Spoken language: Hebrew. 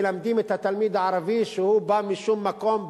מלמדים את התלמיד הערבי שהוא בא משום מקום,